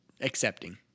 accepting